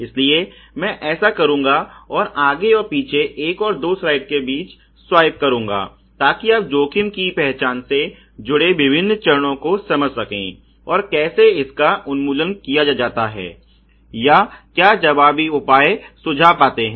इसलिए मैं ऐसा करूँगा और आगे और पीछे एक और दो स्लाइड के बीच स्वाइप करूँगा ताकि आप जोखिम की पहचान से जुड़े विभिन्न चरणों को समझ सकें और कैसे इसका उन्मूलन किया जाता है या क्या जवाबी उपाय सुझा पाते हैं